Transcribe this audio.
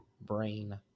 brain